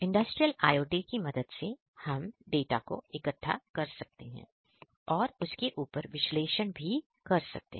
industrial IOT की मदद से हम डाटा को इकट्ठा कर सकते हैं और उसके ऊपर विश्लेषण कर सकते हैं